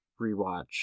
rewatch